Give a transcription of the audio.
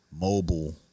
mobile